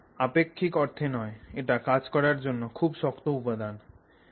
আপেক্ষিক অর্থে নয় এটা কাজ করার জন্য খুব শক্ত উপাদান হবে